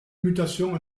mutation